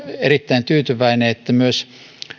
erittäin tyytyväinen että myös